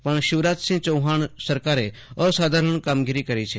પણ શિવરાજસિંહ ચૌહાણ સરકારે અસાધારણ કામગીરી કરી છે